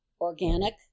organic